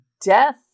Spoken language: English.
death